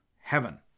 heaven